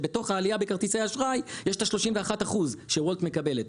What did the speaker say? בתוך העלייה של כרטיסי האשראי יש את ה-31% שוולט מקבלת.